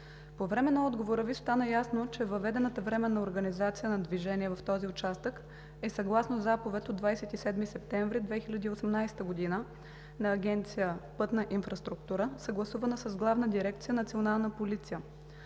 По време на отговора Ви стана ясно, че въведената временна организация на движение в този участък е съгласно Заповед от 27 септември 2018 г. на Агенция „Пътна инфраструктура“, съгласувана с Главна дирекция „Национална полиция“,